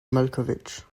malkovich